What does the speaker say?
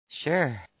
Sure